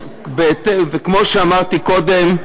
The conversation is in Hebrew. וכמו שאמרתי קודם,